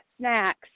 snacks